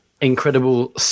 incredible